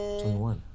twenty-one